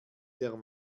der